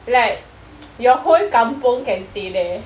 like your whole kampung can stay there